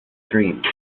dreams